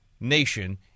nation